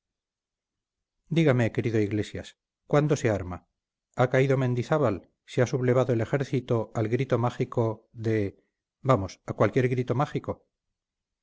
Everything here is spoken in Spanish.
dígame querido iglesias cuándo se arma ha caído mendizábal se ha sublevado el ejército al grito mágico de vamos a cualquier grito mágico